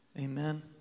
amen